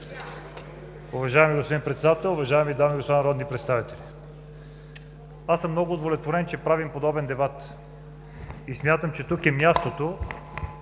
Уважаеми господин Председател, уважаеми дами и господа народни представители! Много съм удовлетворен, че правим подобен дебат. Смятам, че тук е мястото,